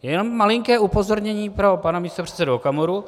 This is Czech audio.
Jenom malinké upozornění pro pana místopředsedu Okamuru.